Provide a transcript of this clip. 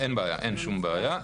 אין שום בעיה.